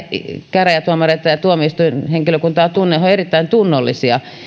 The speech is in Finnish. käräjätuomareita ja tuomioistuinhenkilökuntaa tunnen he ovat erittäin tunnollisia